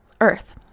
earth